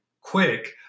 quick